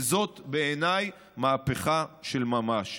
וזאת בעיניי מהפכה של ממש.